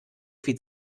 viel